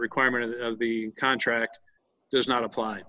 requirement of the contract does not apply